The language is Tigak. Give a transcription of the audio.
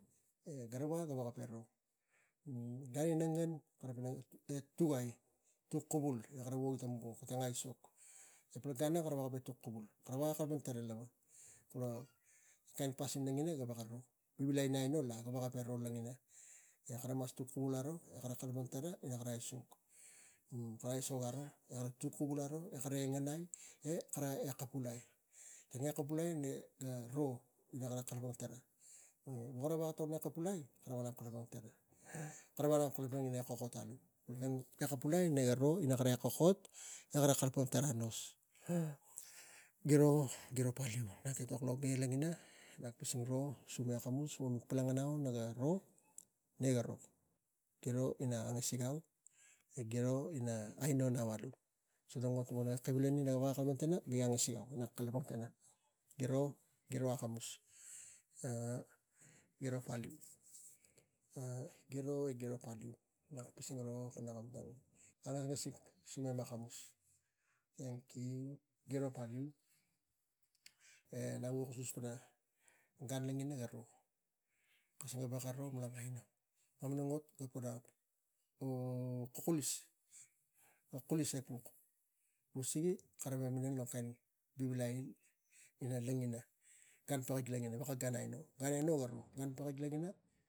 Gara va gaveko ro gan ina ngen e tugai, e kara wogi tang ai sok tal pan gan ang kara veko kalapang tara lava gura kain pasin gaveko ro ne aino gaveko ro angina kara mas tuk e kara mas aisok gara kara tuk kuvul aro ekeng e kara tuk kuvul ai e ne garo kara kalapang tana, e ro kara veko kalapang tuk kuvul ai kara veko kalapang ina kokot ai e tak kapulai gara e, e kokot kara kalapang tarag ano. Giro, giro nak etok lo ge logina, nak pising ro, e kamus, wo nau naga ro ne garo, giro ina angasik, giro ina aino iro. So tang ot naga kivili naga veko kalapang tana mik angasik, giro akamus, giro paliu, giro, e giro paliu nak pising ro akamus, giro paliu e nak vuk kuskus pana, gan lagina gara ki sang gaveko ro gura, kulis, kulis e puk usigi kak etok gara ina kain vivilai ina lagina gan pakik logina gan aino garo.